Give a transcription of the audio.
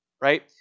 right